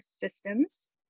systems